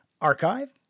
archive